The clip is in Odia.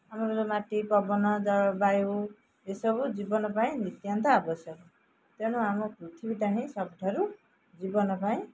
ଆମର ଯେଉଁ ମାଟି ପବନ ଜଳବାୟୁ ଏସବୁ ଜୀବନ ପାଇଁ ନିତ୍ୟାନ୍ତ ଆବଶ୍ୟକ ତେଣୁ ଆମ ପୃଥିବୀଟା ହିଁ ସବୁଠାରୁ ଜୀବନ ପାଇଁ